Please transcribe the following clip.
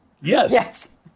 Yes